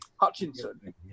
Hutchinson